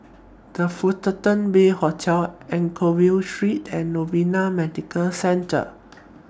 The Fullerton Bay Hotel Anchorvale Street and Novena Medical Centre